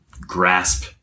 grasp